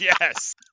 Yes